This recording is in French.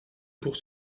pour